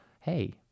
hey